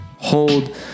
hold